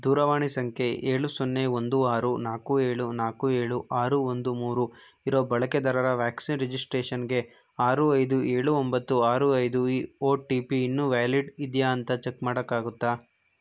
ದೂರವಾಣಿ ಸಂಖ್ಯೆ ಏಳು ಸೊನ್ನೆ ಒಂದು ಆರು ನಾಲ್ಕು ಏಳು ನಾಲ್ಕು ಏಳು ಆರು ಒಂದು ಮೂರು ಇರೋ ಬಳಕೆದಾರರ ವ್ಯಾಕ್ಸಿನ್ ರಿಜಿಸ್ಟ್ರೇಷನ್ಗೆ ಆರು ಐದು ಏಳು ಒಂಬತ್ತು ಆರು ಐದು ಈ ಒ ಟಿ ಪಿ ಇನ್ನೂ ವ್ಯಾಲಿಡ್ ಇದೆಯಾ ಅಂತ ಚೆಕ್ ಮಾಡೋಕ್ಕಾಗುತ್ತಾ